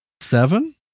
Seven